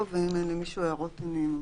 ואם אין למישהו הערות אני ממשיכה.